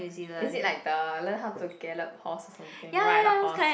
is it like the learn how to gallop horse or something ride a horse